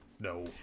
no